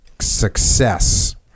success